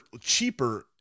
cheaper